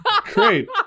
great